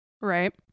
Right